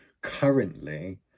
currently